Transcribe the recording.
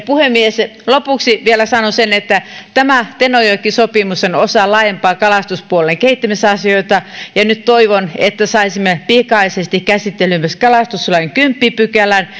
puhemies lopuksi vielä sanon sen että tämä tenojoki sopimus on osa laajempia kalastuspuolen kehittämisasioita ja nyt toivon että saisimme pikaisesti käsittelyyn myös kalastuslain kymmenennen pykälän